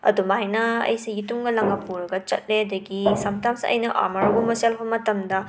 ꯑꯗꯨꯃꯥꯏꯅ ꯑꯩꯁꯦ ꯌꯦꯇꯨꯝꯒ ꯂꯪꯒ ꯄꯨꯔꯒ ꯆꯠꯂꯦ ꯑꯗꯒꯤ ꯁꯝꯇꯥꯏꯝꯁ ꯑꯩꯅ ꯑꯥꯃꯨꯔꯛꯒꯨꯝꯕ ꯁꯦꯠꯂꯛꯄ ꯃꯇꯝꯗ